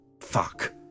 fuck